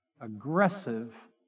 aggressive